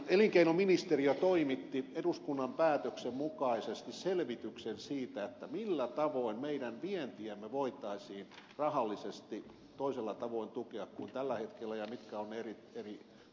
elinkeinoministeriö toimitti eduskunnan päätöksen mukaisesti selvityksen siitä millä tavoin meidän vientiämme voitaisiin rahallisesti toisella tavoin tukea kuin tällä hetkellä ja mitkä ovat ne eri toimet